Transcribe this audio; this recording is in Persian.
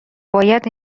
باید